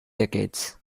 decades